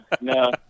no